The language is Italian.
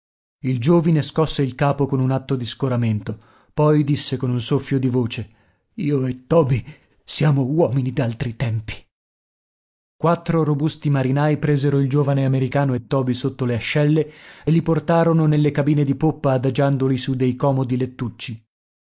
il giovine scosse il capo con un atto di scoramento poi disse con un soffio di voce io e toby siamo uomini d'altri tempi quattro robusti marinai presero il giovane americano e toby sotto le ascelle e li portarono nelle cabine di poppa adagiandoli su dei comodi lettucci